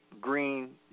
Green